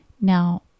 Now